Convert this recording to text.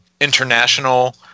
international